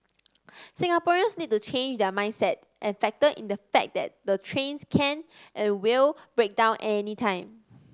Singaporeans need to change their mindset and factor in the fact that the trains can and will break down anytime